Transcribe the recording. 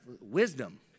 wisdom